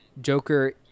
Joker